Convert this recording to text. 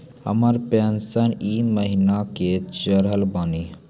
हमर पेंशन ई महीने के चढ़लऽ बानी?